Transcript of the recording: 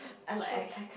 true true